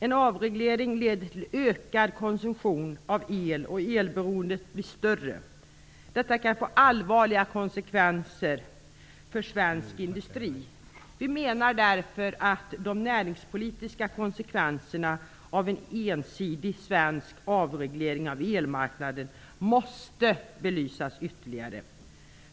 En avreglering leder till ökad konsumtion av el, och elberoendet blir större. Detta kan få allvarliga konsekvenser för svensk industri. Vi menar därför att de näringspolitiska konsekvenserna av en ensidig svensk avreglering av elmarknaden måste belysas ytterligare.